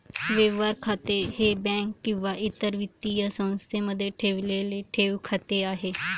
व्यवहार खाते हे बँक किंवा इतर वित्तीय संस्थेमध्ये ठेवलेले ठेव खाते आहे